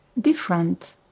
different